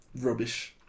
rubbish